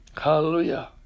Hallelujah